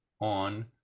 on